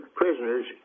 prisoners